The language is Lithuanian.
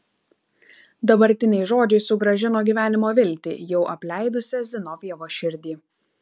dabartiniai žodžiai sugrąžino gyvenimo viltį jau apleidusią zinovjevo širdį